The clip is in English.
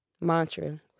Mantra